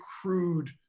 crude